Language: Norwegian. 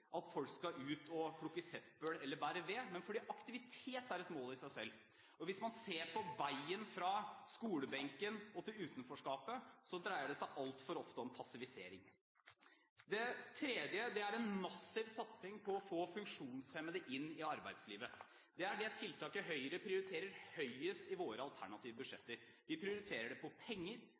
at folk skal ut og plukke søppel eller bære ved, men fordi aktivitet er et mål i seg selv. Hvis en ser på veien fra skolebenken til utenforskapet, dreier det seg altfor ofte om passivisering. Det tredje er en massiv satsing på å få funksjonshemmede inn i arbeidslivet. Det er det tiltaket vi i Høyre prioriterer høyest i våre alternative budsjetter. Vi prioriterer det på penger,